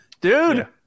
Dude